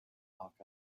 hawk